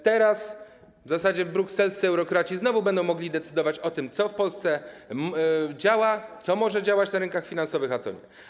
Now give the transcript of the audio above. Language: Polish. Teraz w zasadzie brukselscy eurokraci znowu będą mogli decydować o tym, co w Polsce działa, co może działać na rynkach finansowych, a co nie.